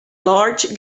large